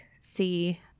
see